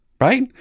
right